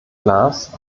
glas